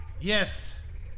Yes